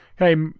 Okay